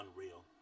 unreal